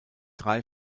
drei